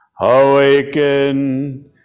awaken